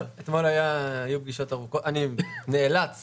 אני נאלץ